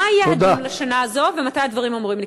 מה היעדים לשנה הזו, ומתי הדברים אמורים לקרות?